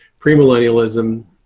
premillennialism